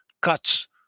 cuts